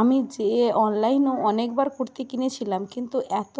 আমি যে অনলাইনে অনেকবার কুর্তি কিনেছিলাম কিন্তু এত